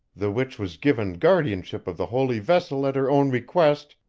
the which was given guardianship of the holy vessel at her own request,